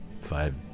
five